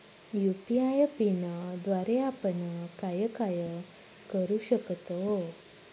UPI पिनद्वारे आपण काय काय करु शकतो?